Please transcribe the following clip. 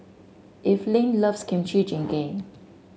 Evelyne loves Kimchi Jjigae